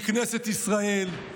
מכנסת ישראל.